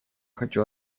хочу